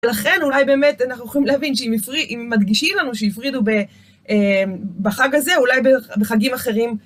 ולכן אולי באמת אנחנו יכולים להבין שאם מדגישים לנו שהפרידו בחג הזה, אולי בחגים אחרים...